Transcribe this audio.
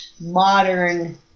modern